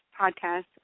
podcast